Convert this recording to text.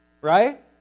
right